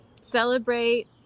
Celebrate